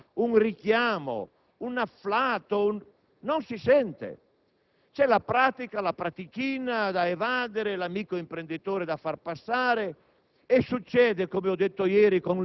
implode. Una serietà, un richiamo o un afflato non si sentono. C'è la pratica o la pratichina da evadere e l'amico imprenditore da far passare.